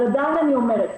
אבל עדיין אני אומרת,